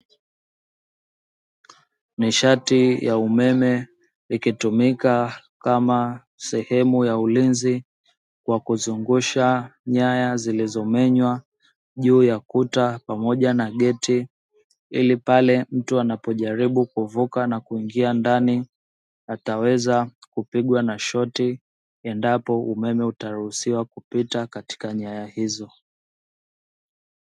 Nishati ya umeme ikitumika kama sehemu ya ulinzi kwa kuzungusha nyaya zilizomenywa juu ya kuta pamoja na geti, ili pale mtu anapojaribu kuvuka na kuingia ndani ataweza kupigwa na shoti endapo umeme utaruhusiwa kupita katika nyaya hizo.